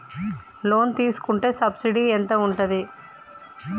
Loan తీసుకుంటే subsidy ఎంత ఉంటది?